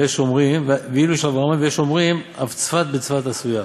ויש אומרים אף צבת בצבת עשויה."